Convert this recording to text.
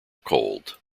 cold